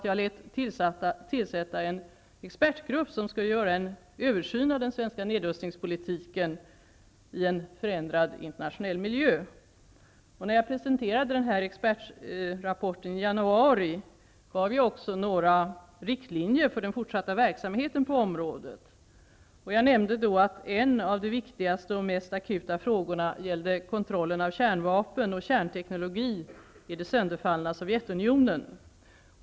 Jag lät tillsätta en expertgrupp som skall göra en översyn av den svenska nedrustningspolitiken i en förändrad internationell miljö. När jag presenterade expertrapporten i januari gav jag också några riktlinjer för den fortsatta verksamheten på området. Jag nämnde att en av de viktigaste och mest akuta frågorna gällde kontrollen av kärnvapen och kärnteknologi i det sönderfallna Sovjetunionen.